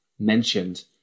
Mentioned